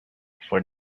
for